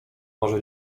może